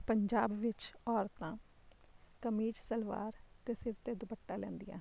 ਪੰਜਾਬ ਵਿੱਚ ਔਰਤਾਂ ਕਮੀਜ਼ ਸਲਵਾਰ ਅਤੇ ਸਿਰ 'ਤੇ ਦੁਪੱਟਾ ਲੈਂਦੀਆਂ ਹਨ